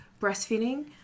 breastfeeding